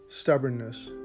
stubbornness